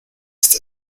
esta